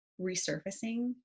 resurfacing